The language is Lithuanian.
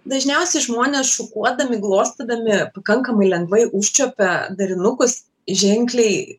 dažniausiai žmonės šukuodami glostydami pakankamai lengvai užčiuopia darinukus ženkliai